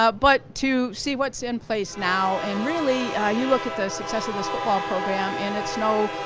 ah but, to see what's in place now and really, you look at the success of this football program and it's no,